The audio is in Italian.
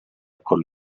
col